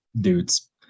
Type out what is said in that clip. dudes